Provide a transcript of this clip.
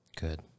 Good